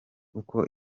uko